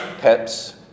pets